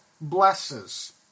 blesses